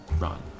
run